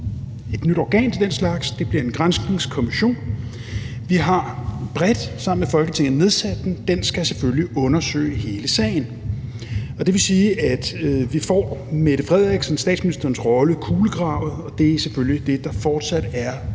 et nyt organ til den slags, og det bliver en granskningskommission. Vi har bredt sammen med Folketinget nedsat den, og den skal selvfølgelig undersøge hele sagen. Det vil sige, at vi får Mette Frederiksens, statsministerens, rolle kulegravet, og det er selvfølgelig det, der fortsat er vores